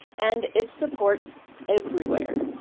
and it supports everywhere.